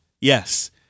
Yes